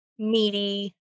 meaty